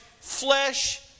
Flesh